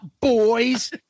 boys